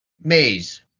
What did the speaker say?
maze